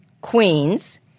queens